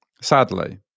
sadly